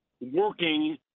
working